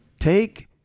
Take